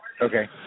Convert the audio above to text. Okay